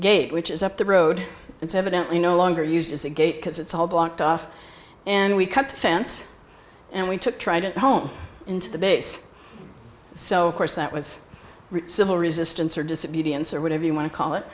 gate which is up the road it's evident you no longer used as a gate because it's all blocked off and we cut the fence and we took trident home into the base so that was civil resistance or disobedience or whatever you want to call it